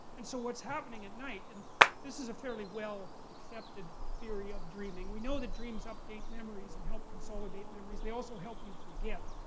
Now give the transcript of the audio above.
and so what's happening at night, and this is a fairly well-accepted theory of dreaming, we know that dreams update memories and help consolidate memories. they also help you forget.